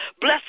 Bless